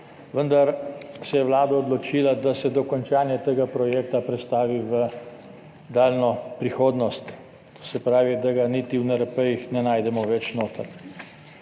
vendar se je Vlada odločila, da se dokončanje tega projekta prestavi v daljno prihodnost. To se pravi, da ga niti v NRP-jih ne najdemo več.